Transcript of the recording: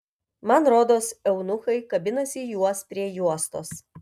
man rodos eunuchai kabinasi juos prie juostos